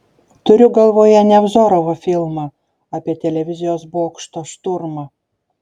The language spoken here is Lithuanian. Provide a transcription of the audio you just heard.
turiu galvoje nevzorovo filmą apie televizijos bokšto šturmą